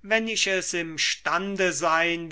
wenn ich es im stande sein